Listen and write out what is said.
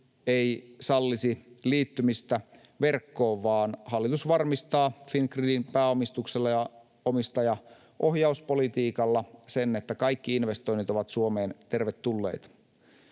ei sallisi liittymistä verkkoon, vaan hallitus varmistaa Fingridin pääomistuksella ja omistajaohjauspolitiikalla sen, että kaikki investoinnit ovat Suomeen tervetulleita.